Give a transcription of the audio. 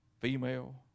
female